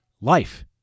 life